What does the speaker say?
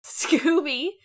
Scooby